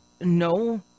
No